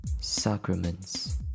Sacraments